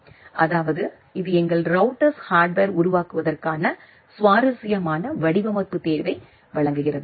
அதாவது இது எங்கள் ரௌட்டர்ஸ் ஹார்ட்வர் உருவாக்குவதற்கான சுவாரஸ்யமான வடிவமைப்பு தேர்வை வழங்குகிறது